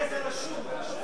מליאת הכנסת.